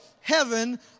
heaven